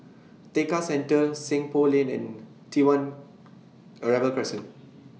Tekka Centre Seng Poh Lane and T one Arrival Crescent